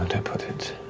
and put it,